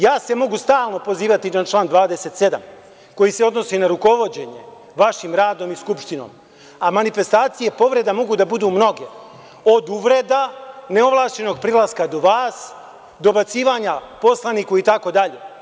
Ja se mogu stalno pozivati na član 27. koji se odnosi na rukovođenje vašim radom i Skupštinom, a manifestacije povredama mogu da budu mnoge, od uvreda neovlašćenog prilaska do vas, dobacivanja poslaniku i tako dalje.